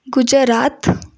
Gujarat